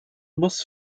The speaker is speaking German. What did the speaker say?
muss